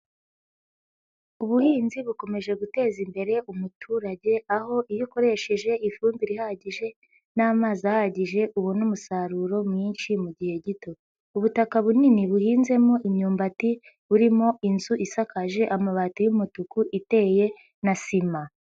Ubuhinzi bukomeje guteza imbere umuturage, aho iyo ukoresheje ifumbire ihagije n'amazi ahagije ubona umusaruro mwinshi mu gihe gito. Ubutaka bunini buhinzemo imyumbati burimo inzu isakaje amabati y'umutuku iteye na sima.